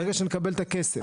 ברגע שנקבל את הכסף.